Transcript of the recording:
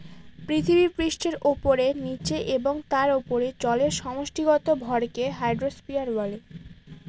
পৃথিবীপৃষ্ঠের উপরে, নীচে এবং তার উপরে জলের সমষ্টিগত ভরকে হাইড্রোস্ফিয়ার বলে